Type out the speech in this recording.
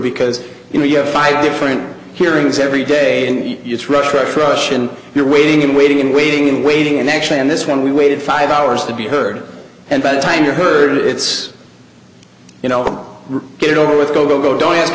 because you know you have five different hearings every day and it's rush rush rush and you're waiting and waiting waiting waiting and actually in this one we waited five hours to be heard and by the time you're heard it's you know get it over with go go go don't ask